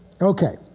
Okay